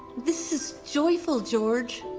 this is joyful, george.